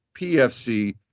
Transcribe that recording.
PFC